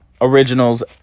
Originals